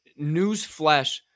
newsflash